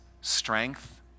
strength